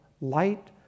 light